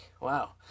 wow